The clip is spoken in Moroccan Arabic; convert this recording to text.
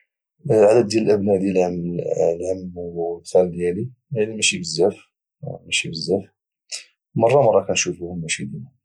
العدد ديال الابناء ديال الهم والخال ديالي يعني ماشي بزاف ماشي بزاف مره مره كانشوفوهم ماشي ديما